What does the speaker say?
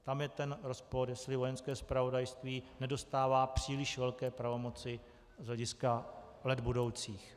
Tam je ten rozpor, jestli Vojenské zpravodajství nedostává příliš velké pravomoci z hlediska let budoucích.